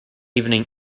evening